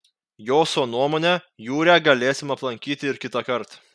joso nuomone jūrę galėsim aplankyti ir kitąkart